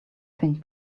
think